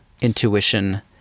intuition